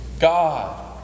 God